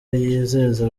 yizeza